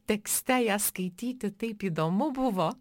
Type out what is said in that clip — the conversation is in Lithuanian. tekste ją skaityti taip įdomu buvo